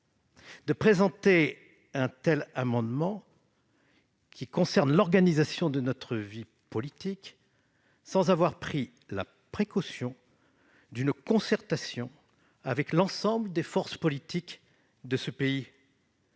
de présenter un tel amendement, qui concerne l'organisation de notre vie politique, sans avoir pris la précaution d'une concertation avec l'ensemble des forces politiques de ce pays